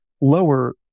lower